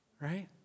right